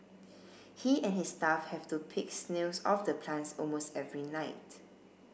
he and his staff have to pick snails off the plants almost every night